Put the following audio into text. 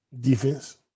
Defense